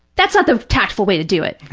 that's not the tactful way to do it.